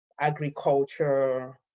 agriculture